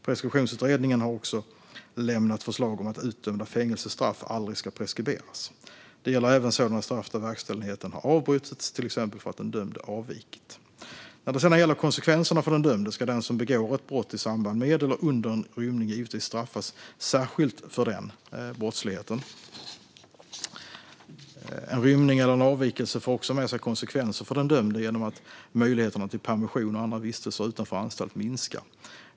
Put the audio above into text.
Preskriptionsutredningen har också lämnat förslag om att utdömda fängelsestraff aldrig ska preskriberas. Det gäller även sådana straff där verkställigheten har avbrutits, till exempel för att den dömde avvikit. När det sedan gäller konsekvenserna för den dömde ska den som begår ett brott i samband med eller under en rymning givetvis straffas särskilt för den brottsligheten. En rymning eller en avvikelse för också med sig konsekvenser för den dömde genom att möjligheterna till permission och andra vistelser utanför anstalt minskar.